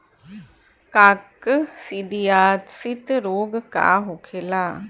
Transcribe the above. काकसिडियासित रोग का होखेला?